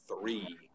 three